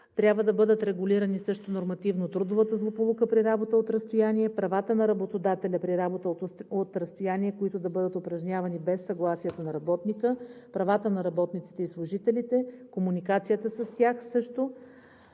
Трябва да бъдат регулирани също: нормативно трудовата злополука при работа от разстояние; правата на работодателя при работа от разстояние, които да бъдат упражнявани без съгласието на работника; правата на работниците и служителите; също комуникацията с тях.